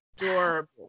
Adorable